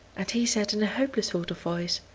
and he said in a hopeless sort of voice,